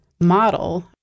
model